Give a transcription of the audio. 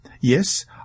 Yes